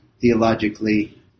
theologically